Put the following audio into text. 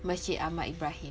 masjid Ahmad Ibrahim